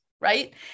right